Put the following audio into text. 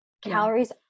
Calories